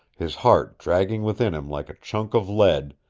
his heart dragging within him like a chunk of lead,